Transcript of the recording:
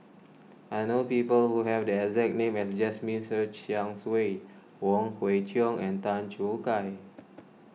I know people who have the exact name as Jasmine Ser Xiang Wei Wong Kwei Cheong and Tan Choo Kai